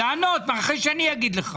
לענות, אחרי שאני אגיד לך.